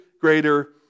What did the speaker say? greater